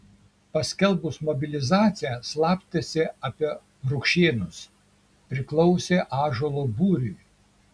paskelbus mobilizaciją slapstėsi apie rukšėnus priklausė ąžuolo būriui